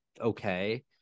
okay